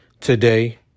today